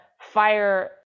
fire